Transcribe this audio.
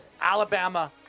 Alabama